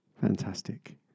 Fantastic